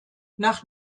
nach